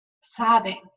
sobbing